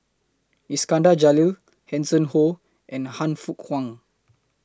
Iskandar Jalil Hanson Ho and Han Fook Kwang